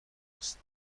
است